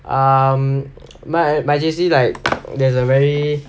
um my my J_C like there's a very